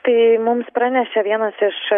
tai mums pranešė vienas iš